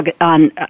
on